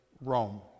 Rome